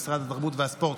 משרד התרבות והספורט,